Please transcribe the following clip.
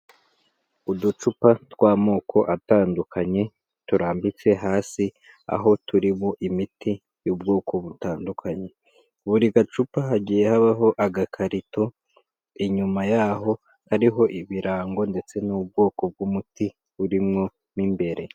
Uducupa tw'amoko atandukanye turambitse hasi aho turimo imiti y'ubwoko butandukanye, buri gacupa hagiye habaho agakarito inyuma yaho hariho ibirango ndetse n'ubwoko bw'umuti burimo mu imbere.